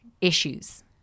issues